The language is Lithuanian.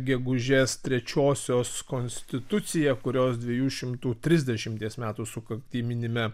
gegužės trečiosios konstituciją kurios dviejų šimtų trisdešimties metų sukaktį minime